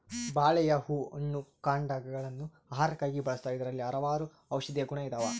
ಬಾಳೆಯ ಹೂ ಹಣ್ಣು ಕಾಂಡಗ ಳನ್ನು ಆಹಾರಕ್ಕಾಗಿ ಬಳಸ್ತಾರ ಇದರಲ್ಲಿ ಹಲವಾರು ಔಷದಿಯ ಗುಣ ಇದಾವ